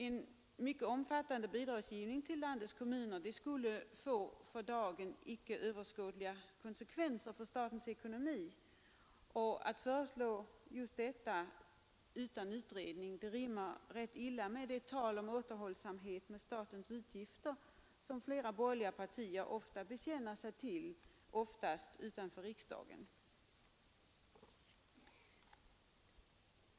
En mycket omfattande bidragsgivning till landets kommuner skulle få för dagen icke överskådliga konsekvenser för statens ekonomi, och att föreslå just detta utan utredning rimmar illa med det tal om återhållsamhet med statens utgifter som flera borgerliga partier brukar bekänna sig till, oftast utanför riksdagen.